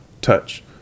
touch